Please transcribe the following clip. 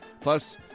Plus